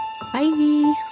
bye